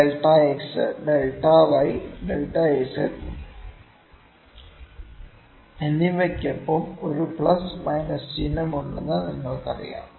delta x delta y delta z എന്നിവയ്ക്കൊപ്പം ഒരു plus minus ചിഹ്നമുണ്ടെന്ന് നിങ്ങൾക്കറിയാം